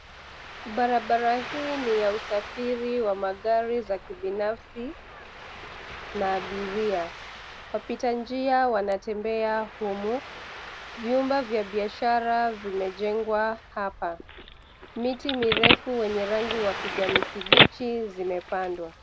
Barabara hii ni ya usafiri wa magari za kibinafsi na abiria. Wapita njia wanatembea humu, vyumba vya biashara vimejengwa hapa. Miti mirefu wenye rangi wa kijani kibichi zimepandwa.